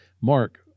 Mark